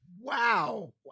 Wow